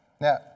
Now